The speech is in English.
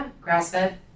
grass-fed